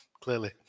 clearly